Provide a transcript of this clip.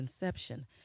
inception